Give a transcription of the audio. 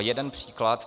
Jeden příklad.